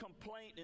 complaint